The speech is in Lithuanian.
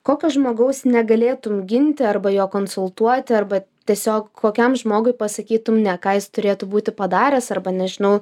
kokio žmogaus negalėtum ginti arba jo konsultuoti arba tiesiog kokiam žmogui pasakytum ne ką jis turėtų būti padaręs arba nežinau